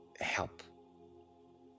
help